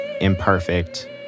imperfect